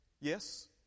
Yes